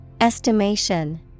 Estimation